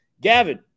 Gavin